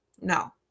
no